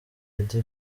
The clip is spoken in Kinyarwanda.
eddy